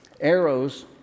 Arrows